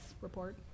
report